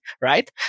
right